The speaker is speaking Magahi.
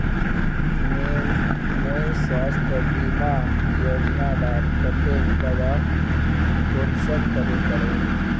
मुई स्वास्थ्य बीमा योजना डार केते दावा कुंसम करे करूम?